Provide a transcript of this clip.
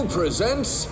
presents